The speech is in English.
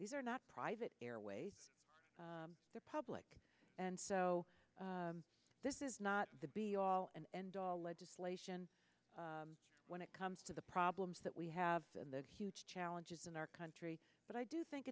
are not private airwaves they're public and so this is not the be all and end all legislation when it comes to the problems that we have and the huge challenges in our country but i do think